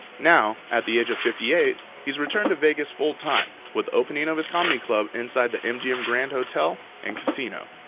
now, at the age of fifty eight, he's returned to vegas full time with the opening of his comedy club inside the mgm grand hotel and casino.